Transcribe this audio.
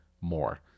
more